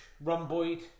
rhomboid